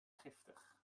giftig